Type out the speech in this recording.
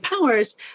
powers